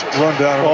rundown